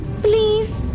Please